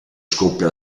scoppia